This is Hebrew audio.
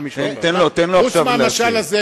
שר האוצר רוני בר-און: חוץ מהמשל הזה,